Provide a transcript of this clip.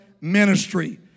ministry